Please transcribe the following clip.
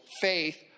faith